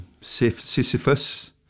Sisyphus